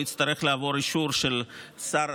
הוא יצטרך לעבור אישור של שר,